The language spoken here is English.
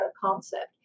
concept